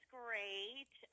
great